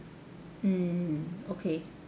mmhmm okay